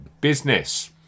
business